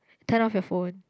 turn off your phone